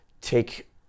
take